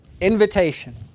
invitation